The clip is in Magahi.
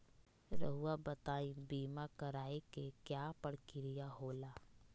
रहुआ बताइं बीमा कराए के क्या प्रक्रिया होला?